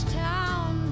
town